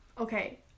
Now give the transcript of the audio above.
okay